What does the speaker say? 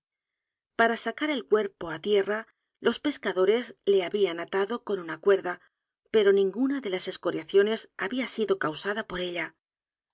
a sacar el cuerpo á tierra los pescadores le habían atado con una cuerda pero ninguna de las escoriaciones había sido causada por ella